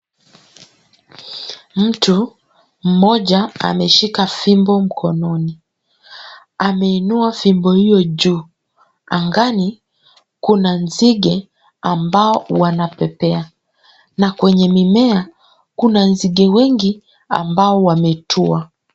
Mtu mmoja ameshika fimbo mkononi. Ameinua fimbo hiyo juu. Angani kuna nziga ambao wanapepea, na kwenye mimea kuna nzige wengi ambao wametua.